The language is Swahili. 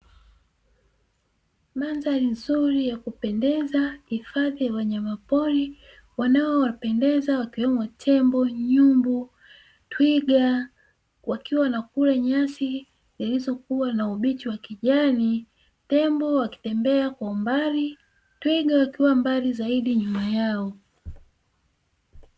Mandhari nzuri ya kupendeza hifadhi ya wanyama pori wanaowapendeza wakiwemo tembo, nyumbu, twiga wakiwa wanakula nyasi zilizokuwa na ubichi wa kijani tembo wakitembea kwa umbali twiga wakiwa mbali zaidi nyuma yao.